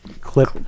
clip